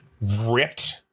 ripped